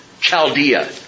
Chaldea